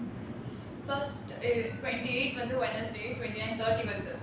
s~ first eh twenty eight until wednesday twenty ninth thirty வருது:varuthu